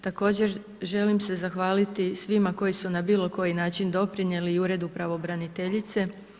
Također želim se zahvaliti svima koji su na bilo koji način doprinijeli i Uredu pravobraniteljice.